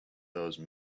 those